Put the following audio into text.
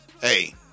Hey